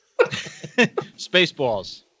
Spaceballs